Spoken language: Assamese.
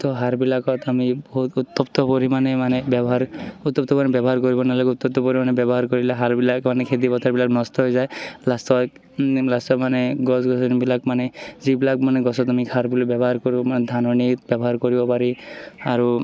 তো সাৰবিলাকত আমি বহুত উত্তপ্ত পৰিমাণে মানে ব্যৱহাৰ উত্তপ্ত পৰিমাণে ব্যৱহাৰ কৰিব নালাগে উত্তপ্ত পৰিমাণে ব্যৱহাৰ কৰিলে সাৰবিলাক মানে খেতিপথাৰবিলাক নষ্ট হৈ যায় লাষ্টত লাষ্টত মানে গছ গছনিবিলাক মানে যিবিলাক মানে গছত আমি সাৰ বুলি ব্যৱহাৰ কৰোঁ মানে ধাননিত ব্যৱহাৰ কৰিব পাৰি আৰু